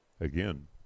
Again